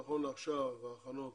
נכון לעכשיו ההכנות